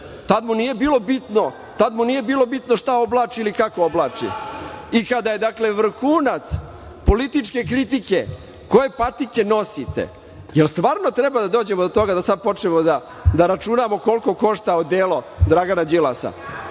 Tada mu nije bilo bitno šta oblači ili kako oblači.I kada je vrhunac političke kritike koje patike nosite, jel stvarno treba da dođemo do toga da sada počnemo da računamo koliko košta odelo Dragana Đilasa,